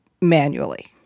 manually